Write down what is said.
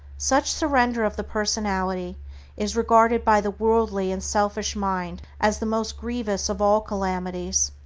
such surrender of the personality is regarded by the worldly and selfish mind as the most grievous of all calamities,